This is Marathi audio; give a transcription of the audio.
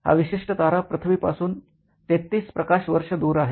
हा विशिष्ट तारा पृथ्वी पासून 33 प्रकाश वर्षे दूर आहे